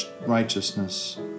righteousness